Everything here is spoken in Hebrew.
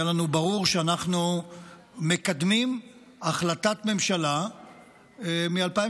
לנו ברור שאנחנו מקדמים החלטת ממשלה מ-2018,